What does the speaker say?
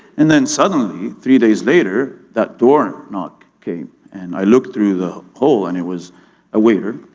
and then suddenly, three days later, that door knock came, and i looked through the hole and it was a waiter.